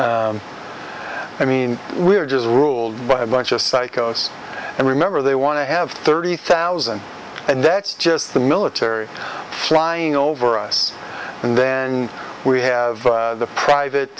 it i mean we're just ruled by a bunch of psychos and remember they want to have thirty thousand and that's just the military flying over us and then we have the private